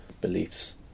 beliefs